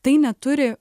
tai neturi